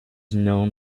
known